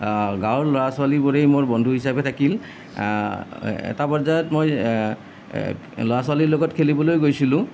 গাঁৱৰ ল'ৰা ছোৱালীবোৰেই মোৰ বন্ধু হিচাপে থাকিল এটা পৰ্যায়ত মই ল'ৰা ছোৱালীৰ লগত খেলিবলৈ গৈছিলোঁ